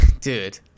Dude